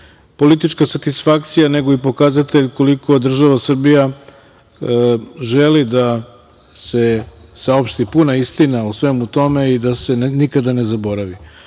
politička satisfakcija, nego i pokazatelj koliko država Srbija želi da se saopšti puna istina o svemu tome i da se nikada ne zaboravi. Tema